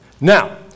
now